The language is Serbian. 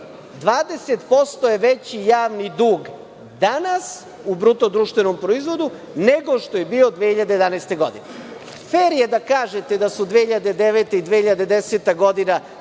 20% je veći javni dug danas u bruto društvenom proizvodu nego što je bio 2011. godine. Fer je da kažete da su 2009. i 2010. godina